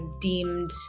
deemed